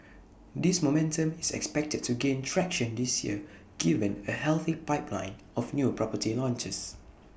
this momentum is expected to gain traction this year given A healthy pipeline of new property launches